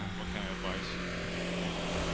what kind of advice could you give me?